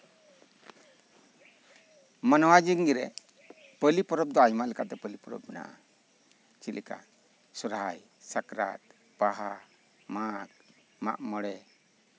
ᱢᱟᱱᱣᱟ ᱡᱤᱭᱚᱱ ᱨᱮ ᱯᱟᱹᱞᱤ ᱯᱚᱨᱚᱵᱽ ᱫᱚ ᱟᱭᱢᱟ ᱞᱮᱠᱟᱱᱟᱜ ᱯᱟᱹᱞᱤ ᱯᱚᱨᱚᱵᱽ ᱢᱮᱱᱟᱜᱼᱟ ᱪᱮᱫ ᱞᱮᱠᱟ ᱥᱚᱨᱦᱟᱭ ᱥᱟᱠᱨᱟᱛ ᱵᱟᱦᱟ ᱢᱟᱜᱷ ᱢᱟᱜᱽ ᱢᱚᱲᱮ